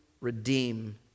redeem